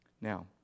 now